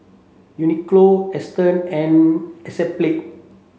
Uniqlo Astons and